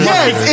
Yes